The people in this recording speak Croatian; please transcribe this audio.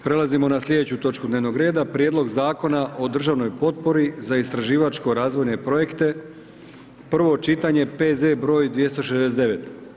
Prelazimo na sljedeću točku dnevnog reda: - Prijedlog Zakona o državnoj potpori za istraživačko razvojne projekte, prvo čitanje, P.Z. br. 269.